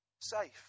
safe